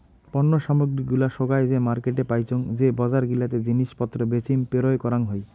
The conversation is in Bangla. পণ্য সামগ্রী গুলা সোগায় যে মার্কেটে পাইচুঙ যে বজার গিলাতে জিনিস পত্র বেচিম পেরোয় করাং হই